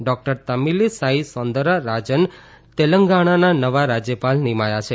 doctor Tamilisai Soundararajan તેલંગણાના નવા રાજ્યપાલ નિમાયા છે